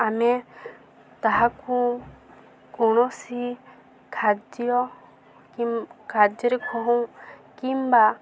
ଆମେ ତାହାକୁ କୌଣସି ଖାର୍ଯ୍ୟ କି ଖାର୍ଯ୍ୟରେ ହଉଁ କିମ୍ବା